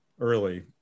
early